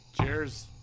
Cheers